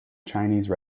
chinese